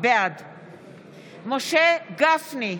בעד משה גפני,